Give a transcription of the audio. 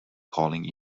calling